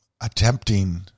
attempting